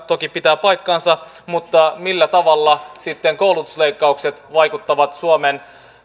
mikä toki pitää paikkansa mutta millä tavalla sitten koulutusleikkaukset vaikuttavat suomen